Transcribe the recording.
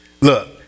Look